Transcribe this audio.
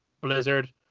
Blizzard